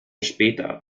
später